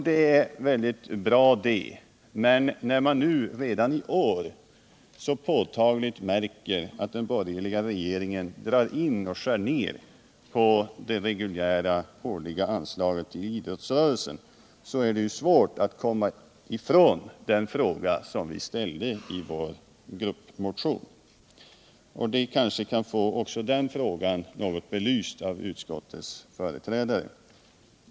Det är bra det, men när man redan i år så påtagligt märker att den borgerliga regeringen drar in och skär ner på det reguljära årliga anslaget till idrottsrörelsen är det ju svårt att komma ifrån den fråga som vi ställde i vår gruppmotion. Vi kanske kan få också den frågan något belyst av utskottets företrädare.